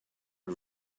the